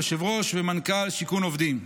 יושב-ראש ומנכ"ל שיכון עובדים.